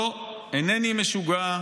לא, אינני משוגע,